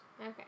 Okay